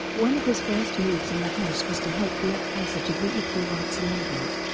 one of his first moves in the house was to help block passage of the equal rights amendment